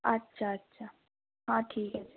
আচ্ছা আচ্ছা হ্যাঁ ঠিক আছে